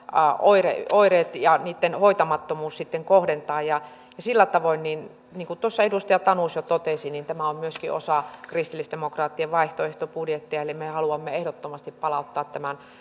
oireet oireet ja hoitamattomuus sitten kohdentaa sillä tavoin niin niin kuin tuossa edustaja tanus jo totesi tämä on myöskin osa kristillisdemokraattien vaihtoehtobudjettia eli me me haluamme ehdottomasti palauttaa tämän